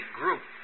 group